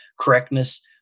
correctness